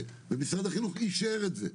ומשרד החינוך אישר את זה,